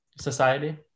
society